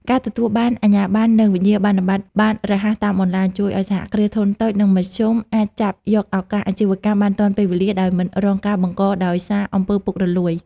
ការទទួលបានអាជ្ញាបណ្ណ និងវិញ្ញាបនបត្របានរហ័សតាមអនឡាញ ជួយឱ្យ សហគ្រាសធុនតូច និងមធ្យម អាចចាប់យកឱកាសអាជីវកម្មបានទាន់ពេលវេលា ដោយមិនរងការបង្កកដោយសារ អំពើពុករលួយ។